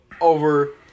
over